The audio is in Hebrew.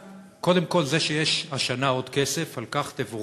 קודם כול, זה שיש השנה עוד כסף, על כך תבורכו.